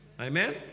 amen